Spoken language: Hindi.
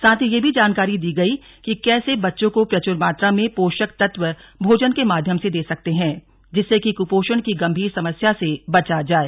साथ ही ये भी जानकारी दी गई कि कैसे बच्चों को प्रचुर मात्रा में पोषक तत्व भोजन के माध्यम से दे सकते हैं जिससे कि कुपोषण की गंभीर समस्या से बचा जाए